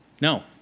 No